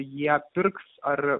jie pirks ar